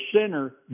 center